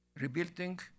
rebuilding